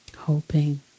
hoping